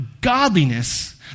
godliness